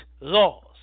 laws